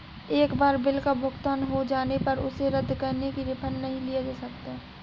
एक बार बिल का भुगतान हो जाने पर उसे रद्द करके रिफंड नहीं लिया जा सकता